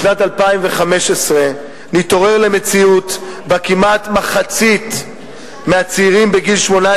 בשנת 2015 נתעורר למציאות שבה כמעט מחצית מהצעירים בגיל 18